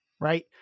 right